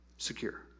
secure